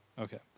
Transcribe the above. Okay